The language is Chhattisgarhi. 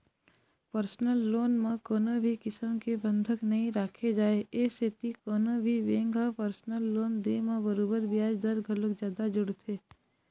परसनल लोन म कोनो भी किसम के बंधक नइ राखे जाए ए सेती कोनो भी बेंक ह परसनल लोन दे म बरोबर बियाज दर घलोक जादा जोड़थे